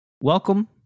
Welcome